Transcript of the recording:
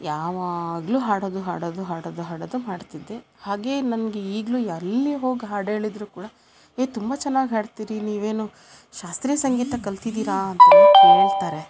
ಯಾವಾಗಲೂ ಹಾಡದು ಹಾಡದು ಹಾಡದು ಹಾಡದು ಮಾಡ್ತಿದ್ದೆ ಹಾಗೆ ನನಗೆ ಈಗಲೂ ಎಲ್ಲಿ ಹೋಗಿ ಹಾಡೇಳಿದ್ದರು ಕೂಡ ಏ ತುಂಬಾ ಚೆನ್ನಾಗಿ ಹಾಡ್ತೀರಿ ನೀವೇನು ಶಾಸ್ತ್ರೀಯ ಸಂಗೀತ ಕಲ್ತಿದ್ದೀರಾ ಅಂತೇಳಿ ಕೇಳ್ತಾರೆ